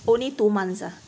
only two months ah